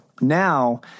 Now